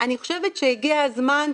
אני חושבת שהגיע הזמן,